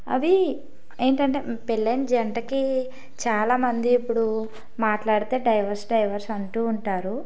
అవి ఏమిటి అంటే పెళ్ళి అయిన జంటకి చాలామంది ఇప్పుడు మాట్లాడితే డైవర్స్ డైవర్స్ అంటూ ఉంటారు